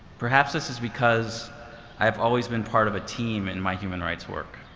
perhaps this is because i've always been part of a team in my human rights work.